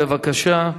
בבקשה.